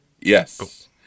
Yes